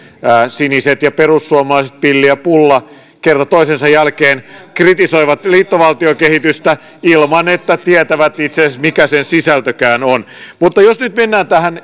siniset ja perussuomalaiset pilli ja pulla kerta toisensa jälkeen kritisoivat liittovaltiokehitystä ilman että tietävät itse asiassa mikä sen sisältökään on mutta jos nyt mennään tähän